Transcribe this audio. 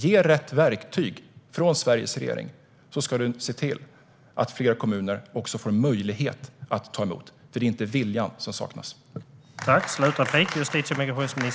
Ge rätt verktyg från Sveriges regering och se till att fler kommuner också får en möjlighet att ta emot. Det är inte viljan som saknas.